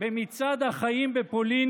במצעד החיים בפולין,